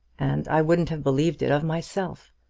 and i wouldn't have believed it of myself.